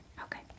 Okay